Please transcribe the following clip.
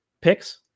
picks